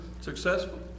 successful